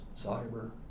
cyber